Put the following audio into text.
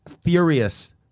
furious